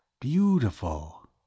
Beautiful